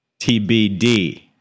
TBD